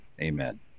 Amen